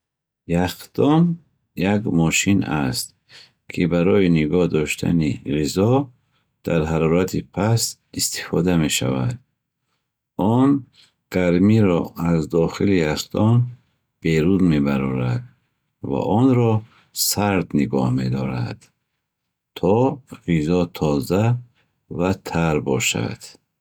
Яхдон як мошин аст, ки барои нигоҳ доштани ғизо дар ҳарорати паст истифода мешавад. Он гармиро аз дохили яхдон берун мебарорад ва онро сард нигоҳ медорад, то ғизо тоза ва тар бошад.